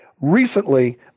recently